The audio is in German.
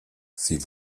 sie